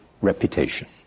reputation